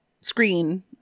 screen